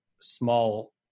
small